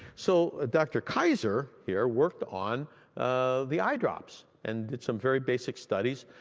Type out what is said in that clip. so dr. kaiser here worked on the eye drops. and did some very basic studies,